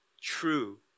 true